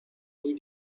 nids